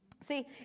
See